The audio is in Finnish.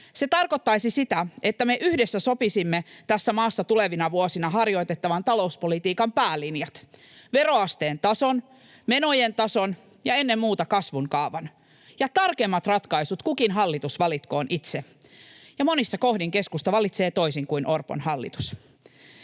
Se tarkoittaisi sitä, että me yhdessä sopisimme tässä maassa tulevina vuosina harjoitettavan talouspolitiikan päälinjat, veroasteen tason, menojen tason ja ennen muuta kasvun kaavan. Tarkemmat ratkaisut kukin hallitus valitkoon itse, ja monissa kohdin keskusta valitsee toisin kuin Orpon hallitus.